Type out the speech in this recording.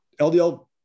LDL